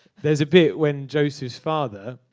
there's a bit when joseph's father